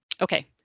Okay